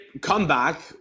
comeback